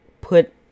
put